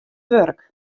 wurk